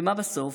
ומה בסוף?